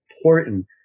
important